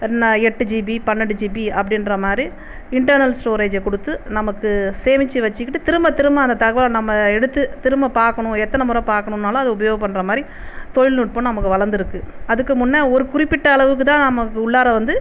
எட்டு ஜிபி பன்னிரண்டு ஜிபி அப்படின்ற மாதிரி இன்டர்னல் ஸ்டோரேஜ் கொடுத்து நமக்கு சேமித்து வச்சுக்கிட்டு திரும்ப திரும்ப அந்த தகவலை நம்ம எடுத்து திரும்ப பார்க்கணும் எத்தனை முறை பார்க்கணுனாலும் அது உபயோக பண்றமாதிரி தொழில்நுட்பம் நமக்கு வளர்ந்துருக்கு அதுக்கு முன்னே ஒரு குறிப்பிட்ட அளவுக்குதான் நமக்கு உள்ளாரா வந்து